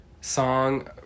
song